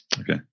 okay